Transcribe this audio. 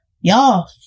y'all